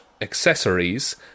accessories